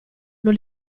non